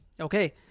Okay